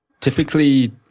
Typically